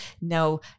no